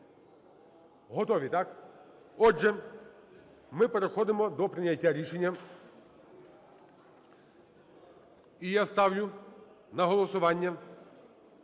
Готові, так? Отже, ми переходимо до прийняття рішення. І я ставлю на голосування